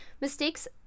Mistakes